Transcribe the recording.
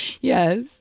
Yes